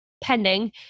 pending